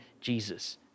Jesus